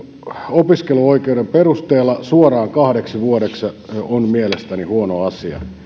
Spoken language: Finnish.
opiskeluoikeuden perusteella suoraan kahdeksi vuodeksi on mielestäni huono asia